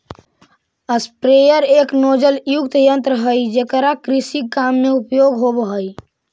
sprayer एक नोजलयुक्त यन्त्र हई जेकरा कृषि काम में उपयोग होवऽ हई